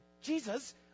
Jesus